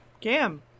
Cam